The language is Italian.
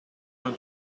non